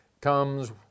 comes